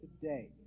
today